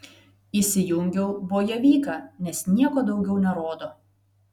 įsijungiau bojevyką nes nieko daugiau nerodo